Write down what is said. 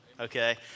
okay